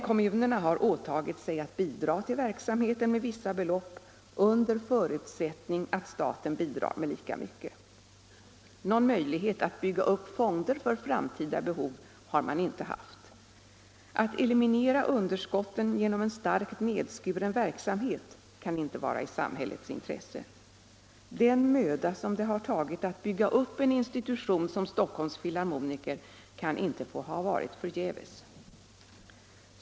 Kommunerna har dock åtagit sig att bidra till verksamheten med vissa belopp, under förutsättning att staten bidrar med lika mycket. Någon möjlighet att bygga upp fonder för framtida behov har inte funnits. Att eliminera underskotten genom en starkt nedskuren verksamhet kan inte vara i samhällets intresse. Den möda som det har tagit att bygga upp en institution som Stockholms filharmoniker kan inte få ha varit förgäves.